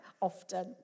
often